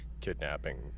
kidnapping